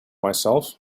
myself